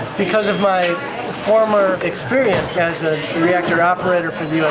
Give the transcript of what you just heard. because of my former experience as a reactor operator for the u s.